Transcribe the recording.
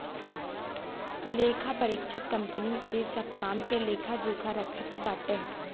लेखापरीक्षक कंपनी के सब काम के लेखा जोखा रखत बाटे